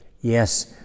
Yes